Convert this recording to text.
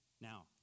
Now